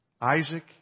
Isaac